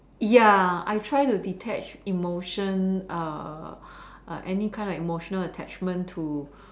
ya I try to detach emotion err any kind of emotional attachment to